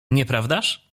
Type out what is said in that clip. nieprawdaż